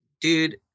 dude